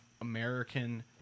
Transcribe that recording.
American